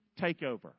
takeover